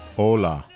hola